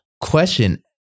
Question